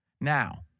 Now